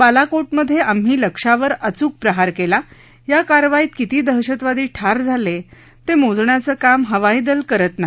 बालाकोटमध्ये आम्ही लक्ष्यावर अचूक प्रहार केला या कारवाईत किती दहशतवादी ठार झाले ते मोजण्याचे काम हवाई दल करत नाही